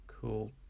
Cool